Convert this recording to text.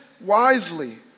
wisely